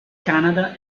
canada